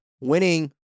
winning